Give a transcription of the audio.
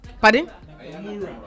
Pardon